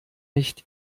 nicht